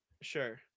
Sure